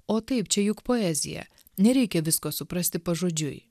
o taip čia juk poezija nereikia visko suprasti pažodžiui